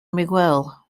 miguel